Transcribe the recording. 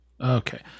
Okay